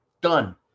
done